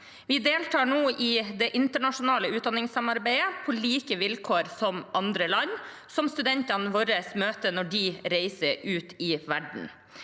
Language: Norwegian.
Vi deltar nå i det internasjonale utdanningssamarbeidet på like vilkår som andre land, og som studentene våre møter når de reiser ut i verden.